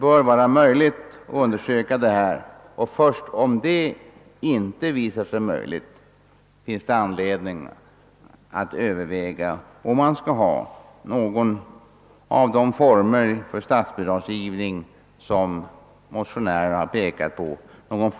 Först sedan denna väg inte visat sig vara framkomlig finns det anledning att överväga om man skall tillgripa någon av de former för statsbidragsgivning som motionärerna pekat på.